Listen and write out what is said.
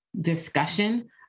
discussion